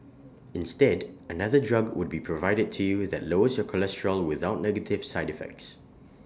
instead another drug would be provided to you that lowers your cholesterol without negative side effects